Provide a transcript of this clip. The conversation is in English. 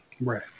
Right